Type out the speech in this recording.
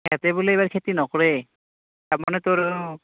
সেহাঁতে বোলে এইবাৰ খেতি নকৰে তাৰ মানে তোৰ